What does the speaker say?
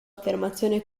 affermazione